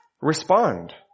respond